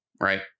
right